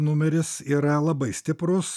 numeris yra labai stiprus